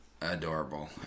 Adorable